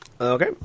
Okay